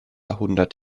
hundert